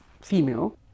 female